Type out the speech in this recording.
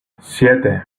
siete